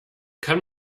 kann